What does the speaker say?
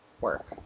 work